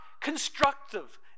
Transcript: constructive